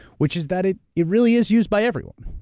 which is that it it really is used by everyone.